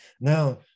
Now